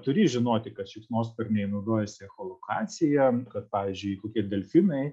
turi žinoti kad šikšnosparniai naudojasi echolokacija kad pavyzdžiui kokie delfinai